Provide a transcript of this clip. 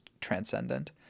transcendent